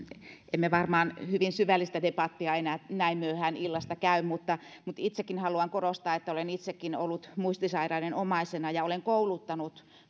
emme varmaan hyvin syvällistä debattia enää näin myöhään illasta käy mutta mutta itsekin haluan korostaa että olen itsekin ollut muistisairaiden omaisena ja olen kouluttanut